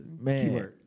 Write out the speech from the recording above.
Man